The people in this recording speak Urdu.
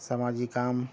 سماجی کام